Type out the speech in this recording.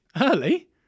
Early